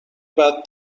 بعد